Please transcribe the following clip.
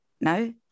no